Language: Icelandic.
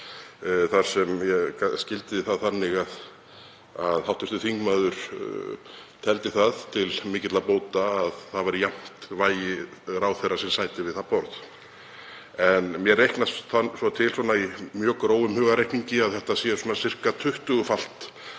þar sem ég skildi það þannig að hv. þingmaður teldi það til mikilla bóta að það væri jafnt vægi ráðherra sem sæti við það borð. En mér reiknast svo til í mjög grófum hugarreikningi að það sé um tuttugufalt